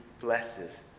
blesses